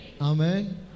Amen